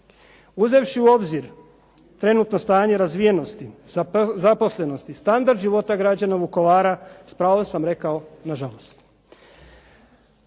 Uzevši u obzir trenutno stanje razvijenosti, zaposlenosti, standard života građana Vukovara s pravom sam rekao na žalost.